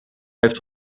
heeft